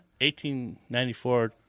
1894